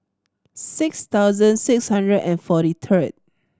six thousand six hundred and forty third